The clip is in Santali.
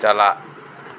ᱪᱟᱞᱟᱜ